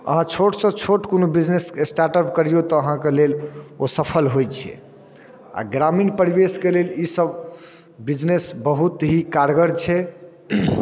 अहाँ छोट सँ छोट कोनो बिजनेस स्टार्ट अप करियौ तऽ अहाँके लेल ओ सफल होइ छै आओर ग्रामीण परिवेशके लेल ई सभ बिजनेस बहुत ही कारगर छै